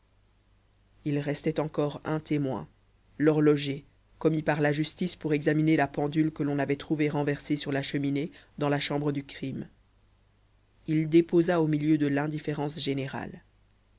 il restait encore un témoin l'horloger commis par la justice pour examiner la pendule que l'on avait trouvée renversée sur la cheminée dans la chambre du crime il déposa au milieu de l'indifférence générale